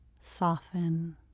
soften